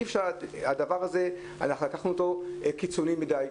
הדבר הזה לקחנו אותו קיצוני מידי,